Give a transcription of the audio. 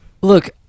look